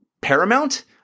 paramount